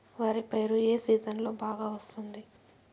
వరి పైరు ఏ సీజన్లలో బాగా వస్తుంది